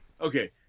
Okay